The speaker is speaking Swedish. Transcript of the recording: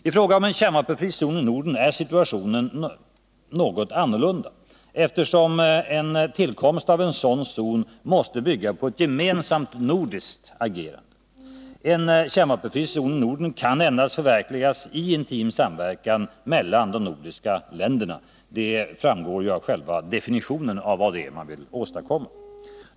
I fråga om en kärnvapenfri zon i Norden är situationen något annorlunda, eftersom tillkomsten av en sådan zon måste bygga på ett gemensamt nordiskt agerande. En kärnvapenfri zon i Norden kan endast förverkligas i intim samverkan mellan de nordiska länderna, det framgår ju av definitionen på vad man vill åstadkomma.